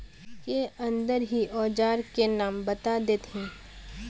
के अंदर ही औजार के नाम बता देतहिन?